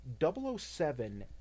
007